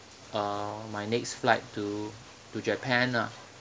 uh my next flight to to japan ah